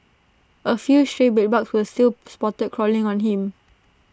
A few stray bedbugs were still spotted crawling on him